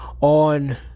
on